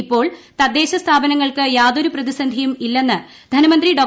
ഇപ്പോൾ തദ്ദേശ സ്ഥാപനങ്ങൾക്ക് യാതൊരു പ്രതിസന്ധിയും ഇല്ലെന്ന് ധനമന്ത്രി ഡോ